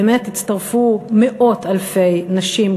באמת הצטרפו מאות אלפי נשים,